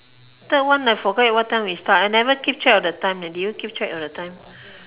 third one I forgot what time we start I never keep track of the time leh did you keep track of the time